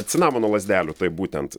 cinamono lazdelių taip būtent